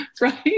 right